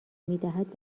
میدهد